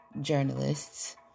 journalists